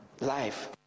Life